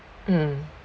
mm